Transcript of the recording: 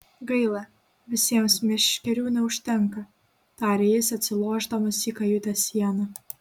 gaila visiems meškerių neužtenka tarė jis atsilošdamas į kajutės sieną